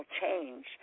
change